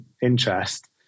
interest